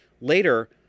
Later